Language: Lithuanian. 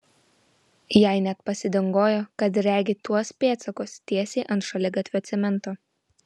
jai net pasidingojo kad regi tuos pėdsakus tiesiai ant šaligatvio cemento